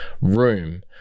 room